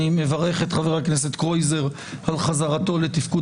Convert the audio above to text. אני מברך את חה"כ קרויזר על חזרתו לתפקוד